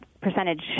percentage